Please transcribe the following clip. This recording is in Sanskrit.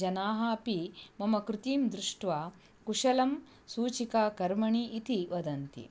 जनाः अपि मम कृतिं दृष्ट्वा कुशलं सूचिकाकर्माणि इति वदन्ति